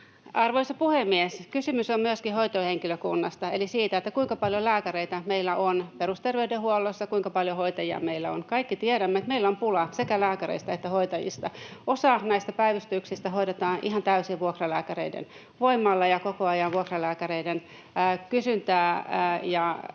Arvoisa puhemies! Kysymys on myöskin hoitohenkilökunnasta eli siitä, kuinka paljon lääkäreitä meillä on perusterveydenhuollossa ja kuinka paljon hoitajia meillä on. Kaikki tiedämme, että meillä on pula sekä lääkäreistä että hoitajista. Osa näistä päivystyksistä hoidetaan ihan täysin vuokralääkäreiden voimalla, ja koko ajan vuokralääkäreiden kysyntää